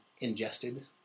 ingested